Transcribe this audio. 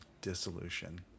dissolution